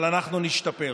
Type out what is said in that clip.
אבל אנחנו נשתפר.